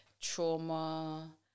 trauma